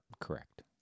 Correct